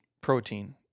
protein